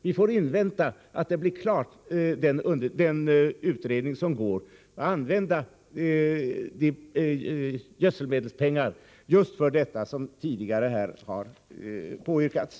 Vi får invänta att den utredning som pågår blir klar och använda de gödselmedelspengar som tidigare har påyrkats just för detta ändamål.